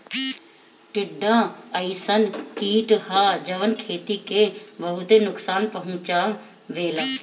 टिड्डा अइसन कीट ह जवन खेती के बहुते नुकसान पहुंचावेला